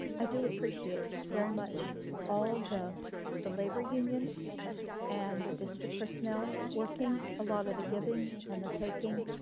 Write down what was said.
i do appreciate very much all the the labor union and the district personnel working, a lot of the giving and the taking,